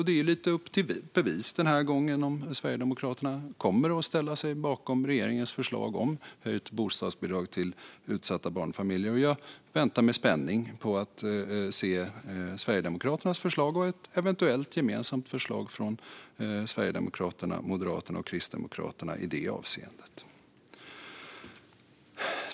Det är lite upp till bevis den här gången om Sverigedemokraterna kommer att ställa sig bakom regeringens förslag om höjt bostadsbidrag till utsatta barnfamiljer. Jag väntar med spänning på att få se Sverigedemokraternas förslag och ett eventuellt gemensamt förslag från Sverigedemokraterna, Moderaterna och Kristdemokraterna i det avseendet.